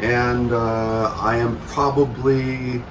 and i am probably